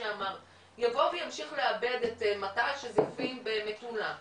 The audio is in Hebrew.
יבוא וימשיך לעבד את מטע השזיפים במטולה,